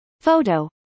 Photo